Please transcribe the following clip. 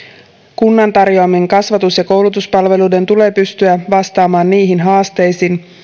kunnan tarjoamien kasvatus ja koulutuspalveluiden tulee pystyä vastaamaan niihin haasteisiin